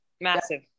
Massive